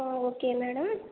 okay madam